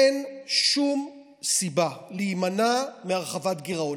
אין שום סיבה להימנע מהרחבת גירעון.